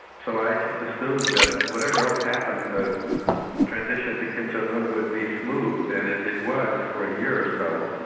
so i just assumed that whatever else happened the transition to kim jong-un would be smooth. and it it was for a year or so,